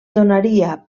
donaria